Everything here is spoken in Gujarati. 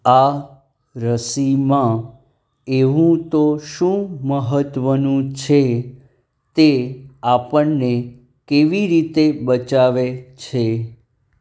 આ રસીમાં એવું તો શું મહત્ત્વનું છે તે આપણને કેવી રીતે બચાવે છે